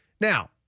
Now